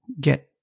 get